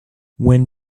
when